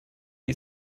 wie